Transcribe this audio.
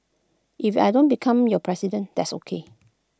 if I don't become your president that's ok